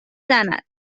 زند